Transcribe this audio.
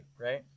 Right